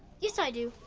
yes i do.